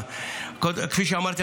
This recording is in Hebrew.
כפי שאמרתי,